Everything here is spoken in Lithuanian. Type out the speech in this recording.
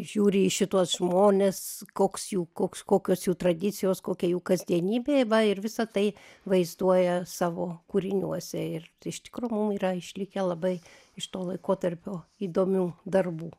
žiūri į šituos žmones koks jų koks kokios jų tradicijos kokia jų kasdienybė va ir visa tai vaizduoja savo kūriniuose ir iš tikro mum yra išlikę labai iš to laikotarpio įdomių darbų